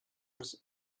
was